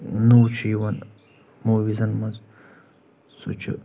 نوٚو چھُ یِوان موٗویٖزن منٛز سُہ چھُ